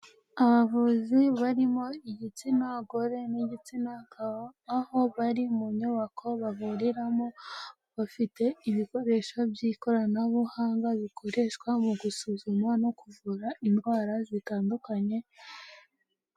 Abavuzi barimo igitsina gore n'igitsina gabo, aho bari mu nyubako bavuriramo, bafite ibikoresho by'ikoranabuhanga bikoreshwa mu gusuzuma no kuvura indwara zitandukanye,